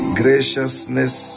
graciousness